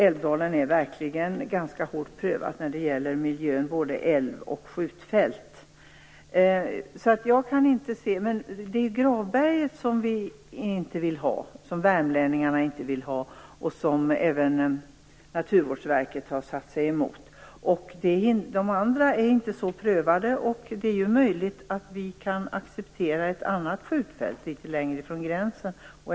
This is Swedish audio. Älvdalen är verkligen hårt prövat när det gäller miljö. Det gäller både älven och skjutfältet. Det är Gravberget som vi och värmlänningarna inte vill ha och som även Naturvårdsverket har satt sig emot. De andra platserna är inte prövade, och det är möjligt att vi och förhoppningsvis även norrmännen kan acceptera ett annat skjutfält litet längre bort från gränsen.